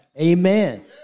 Amen